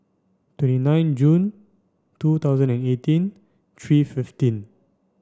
twenty nine June two thousand and eighteen three fifteen